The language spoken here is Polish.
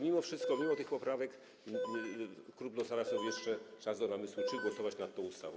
Mimo wszystko, mimo tych poprawek klub zostawia sobie jeszcze czas do namysłu, czy głosować nad tą ustawą.